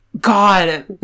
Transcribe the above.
god